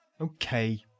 okay